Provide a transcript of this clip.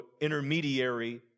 intermediary